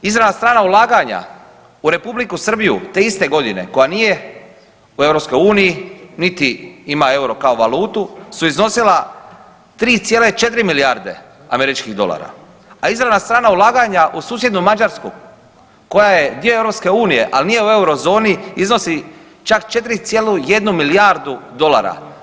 Izravna strana ulaganja u Republiku Srbiju te iste godine koja nije u EU niti ima EUR-o kao valutu su iznosila 3,4 milijarde američkih dolara, a izravna strana ulaganja u susjednu Mađarsku koja je dio EU, ali nije u Eurozoni iznosi čak 4,1 milijardu dolara.